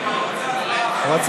לא, אני לא מסכים.